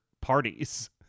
parties